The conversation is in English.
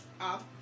up